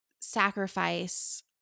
sacrifice